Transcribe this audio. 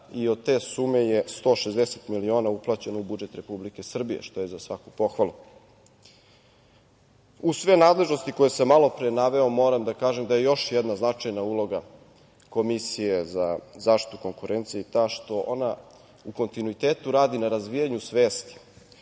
i od te sume je 160 miliona uplaćeno u budžet Republike Srbije, što je za svaku pohvalu. Uz sve nadležnosti koje sam malo pre naveo moram da kažem da je još jedna značajan uloga Komisije za zaštitu konvencije i ta, što ona u kontinuitetu radi na razvijanju svesti